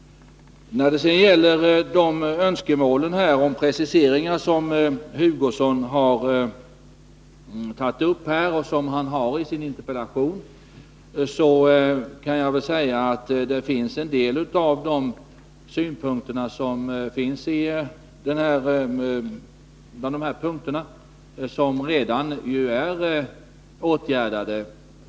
När det gäller önskemålet om preciseringar på de punkter som Kurt Hugosson tagit upp och som även framförts i hans interpellation, kan jag säga att en del av dessa punkter redan är åtgärdade.